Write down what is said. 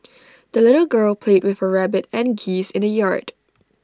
the little girl played with her rabbit and geese in the yard